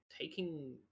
taking